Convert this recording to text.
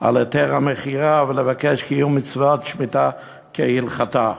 על היתר המכירה ולבקש קיום מצוות שמיטה כהלכתה.